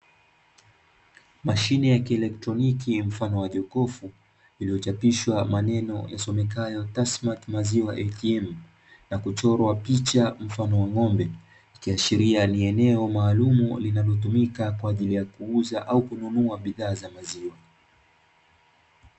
Mashine ya kielotroniki mfano wa jokofu iliyochapishwa maneno yasomekayo tasmati maziwa eitiemu na kuchorwa picha mfano wa ng'ombe, ikiashiria ni eneo maalumu linalotumika kwa ajili ya kuuza au kununua bidhaa za maziwa.